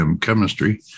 chemistry